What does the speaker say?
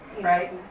Right